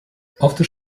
after